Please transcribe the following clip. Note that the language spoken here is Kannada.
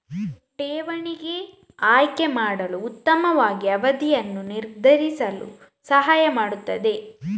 ಠೇವಣಿಗೆ ಆಯ್ಕೆ ಮಾಡಲು ಉತ್ತಮವಾದ ಅವಧಿಯನ್ನು ನಿರ್ಧರಿಸಲು ಸಹಾಯ ಮಾಡುತ್ತದೆ